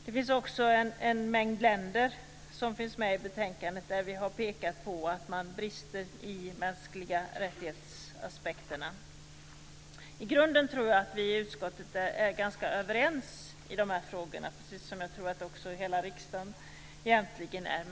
Det finns också en mängd länder med i betänkandet där vi har pekat på att man brister i aspekterna kring de mänskliga rättigheterna. I grunden tror jag att vi i utskottet är ganska överens i de här frågorna, precis som jag tror att också hela riksdagen egentligen är det.